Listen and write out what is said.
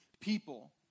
people